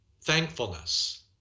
thankfulness